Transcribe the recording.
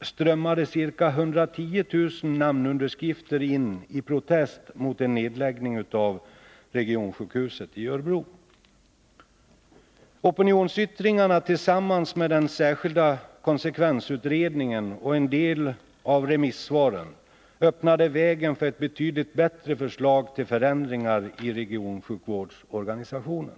strömmade ca 110 000 namnunderskrifter in i protest mot en nedläggning av regionsjukhuset i Örebro. Opinionsyttringarna tillsammans med den särskilda konsekvensutredningen och en del av remissvaren öppnade vägen för ett betydligt bättre förslag till förändringar i regionsjukvårdsorganisationen.